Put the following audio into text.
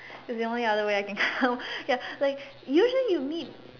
is the only other way I can come ya like usually you meet